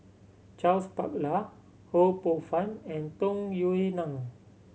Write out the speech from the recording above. Charles Paglar Ho Poh Fun and Tung Yue Nang